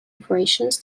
operations